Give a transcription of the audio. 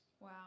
Wow